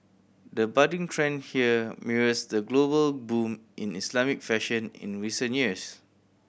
the budding trend here mirrors the global boom in Islamic fashion in recent years